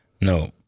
no